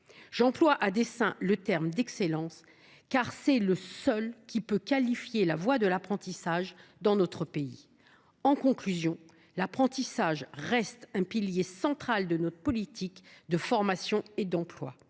J’emploie à dessein le terme d’excellence, car c’est le seul qui peut qualifier la voie de l’apprentissage dans notre pays. En conclusion, l’apprentissage reste un pilier central de notre politique de formation et d’emploi.